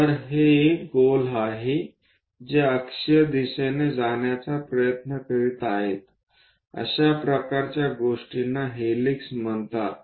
तर हे एक गोल आहे जे अक्षीय दिशेने जाण्याचा प्रयत्न करीत आहे अशा प्रकारच्या गोष्टींना हेलिक्स म्हणतात